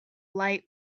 light